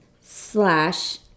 slash